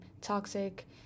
toxic